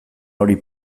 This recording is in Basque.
hori